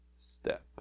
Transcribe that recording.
step